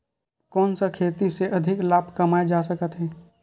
कोन सा खेती से अधिक लाभ कमाय जा सकत हे?